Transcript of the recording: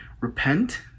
repent